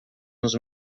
nos